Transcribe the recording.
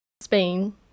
Spain